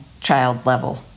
child-level